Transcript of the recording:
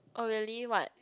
oh really what